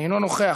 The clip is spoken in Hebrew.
אינו נוכח,